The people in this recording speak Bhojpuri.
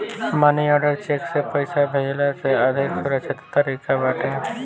मनी आर्डर चेक से पईसा भेजला से अधिका सुरक्षित तरीका बाटे